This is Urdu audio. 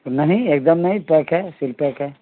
نہیں ایک دم نہیں پیک ہے سیل پیک ہے